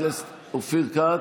אופיר כץ,